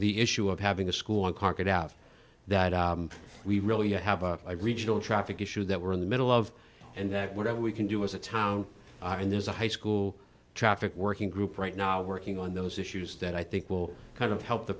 the issue of having a school and park it out that we really have a regional traffic issue that we're in the middle of and that whatever we can do as a town and there's a high school traffic working group right now working on those issues that i think will kind of help the